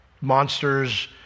monsters